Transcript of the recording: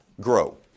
Grow